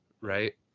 right